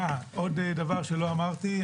עוד דבר שלא אמרתי.